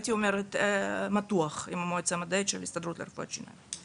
הייתי אומרת מתוח עם המועצה המדעית של ההסתדרות לרפואת שיניים.